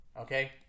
Okay